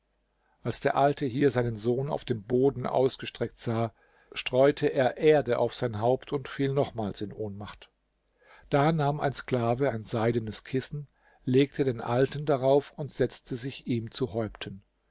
als der alte hier seinen sohn auf dem boden ausgestreckt sah streute er erde auf sein haupt und fiel nochmals in ohnmacht da nahm ein sklave ein seidenes kissen legte den alten darauf hin und setzte sich ihm zu häupten